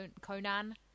Conan